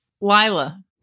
Lila